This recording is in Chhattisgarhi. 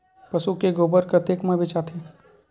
पशु के गोबर कतेक म बेचाथे?